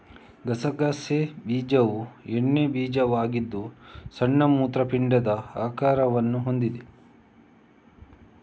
ಗಸಗಸೆ ಬೀಜವು ಎಣ್ಣೆ ಬೀಜವಾಗಿದ್ದು ಸಣ್ಣ ಮೂತ್ರಪಿಂಡದ ಆಕಾರವನ್ನು ಹೊಂದಿದೆ